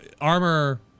armor